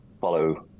follow